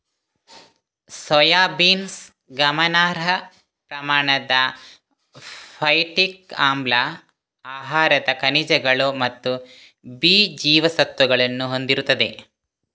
soybeans ಗಮನಾರ್ಹ ಪ್ರಮಾಣದ phytic ಆಮ್ಲ, ಆಹಾರದ ಖನಿಜಗಳು ಮತ್ತು ಬಿ ಜೀವಸತ್ವಗಳನ್ನು ಹೊಂದಿರುತ್ತದೆ